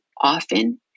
often